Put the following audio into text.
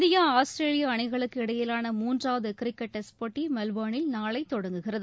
India Australia அணிகளுக்கு இடையிலான மூன்றாவது கிரிக்கெட் டெஸ்ட் போட்டி மெல்போர்னில் நாளை தொடங்குகிறது